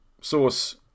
source